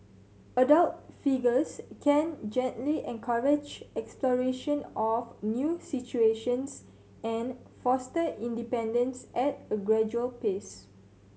adult figures can gently encourage exploration of new situations and foster independence at a gradual pace